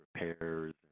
repairs